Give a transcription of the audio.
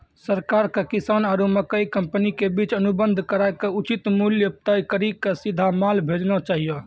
सरकार के किसान आरु मकई कंपनी के बीच अनुबंध कराय के उचित मूल्य तय कड़ी के सीधा माल भेजना चाहिए?